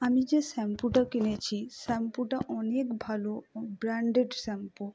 আমি যে শ্যাম্পুটা কিনেছি শ্যাম্পুটা অনেক ভালো ব্র্যান্ডেড শ্যাম্পু